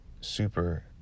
super